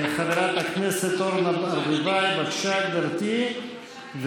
חברת הכנסת אורנה ברביבאי, בבקשה, גברתי,